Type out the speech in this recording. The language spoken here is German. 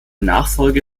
nachfolge